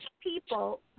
people